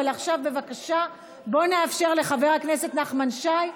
אבל עכשיו בבקשה בואי נאפשר לחבר הכנסת נחמן שי להמשיך.